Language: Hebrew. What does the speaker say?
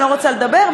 אני לא רוצה לדבר.